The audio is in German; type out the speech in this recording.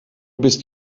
bist